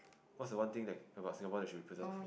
what's the one thing that about Singapore that we should preserve